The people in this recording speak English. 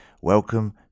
Welcome